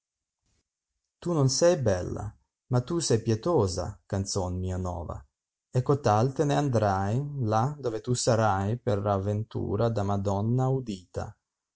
tu no a sei bella ma tu sei pietosa ganzon mia nova e cotal te ne andrai xià dove tu sarai per avventura da madonna udita